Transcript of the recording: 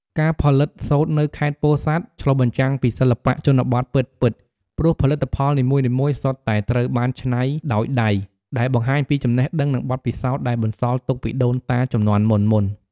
ការផលិតសូត្រនៅខេត្តពោធិ៍សាត់ ឆ្លុះបញ្ចាំងពីសិល្បៈជនបទពិតៗ ព្រោះផលិតផលនីមួយៗសុទ្ធតែត្រូវបានច្នៃដោយដៃ ដែលបង្ហាញពីចំណេះដឹង និងបទពិសោធន៍ដែលបន្សល់ទុកពីដូនតាជំនាន់មុនៗ។